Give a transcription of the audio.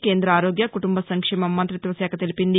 కేంద ఆరోగ్య కుటుంబ సంక్షేమ మంతిత్వ శాఖ తెలిపింది